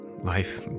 life